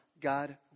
God